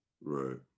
Right